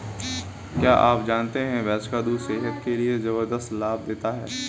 क्या आप जानते है भैंस का दूध सेहत के लिए जबरदस्त लाभ देता है?